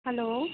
hello